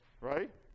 right